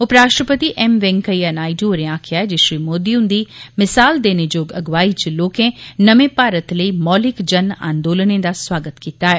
उपराश्ट्रपति एम वैंकया नायडू होरें आक्खेआ जे मोदी हुंदी मिसाल देने जोग अगुवाई च लोकें नमें भारत लेई मौलिक जन आंदोलनें दा सुआगत कीता ऐ